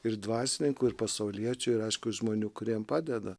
ir dvasininkų ir pasauliečių ir aišku žmonių kuriem padeda